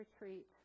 retreat